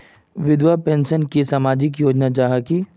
विधवा पेंशन की सामाजिक योजना जाहा की?